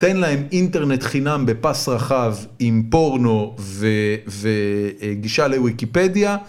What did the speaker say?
תן להם אינטרנט חינם בפס רחב עם פורנו וגישה לוויקיפדיה.